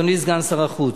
אדוני סגן שר החוץ,